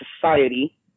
society